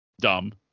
dumb